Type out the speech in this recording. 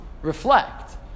reflect